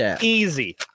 easy